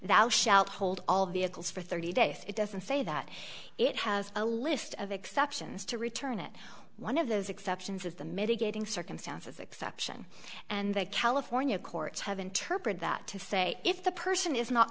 hold all vehicles for thirty days it doesn't say that it has a list of exceptions to return it one of those exceptions is the mitigating circumstances exception and the california courts have interpreted that to say if the person is not